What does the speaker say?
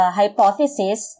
hypothesis